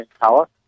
power